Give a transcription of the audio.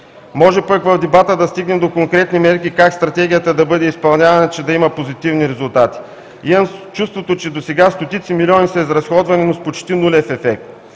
Може пък в дебата да стигнем до конкретни мерки как Стратегията да бъде изпълнявана, че да има позитивни резултати. Имам чувството, че досега стотици милиони са изразходвани, но с почти нулев ефект.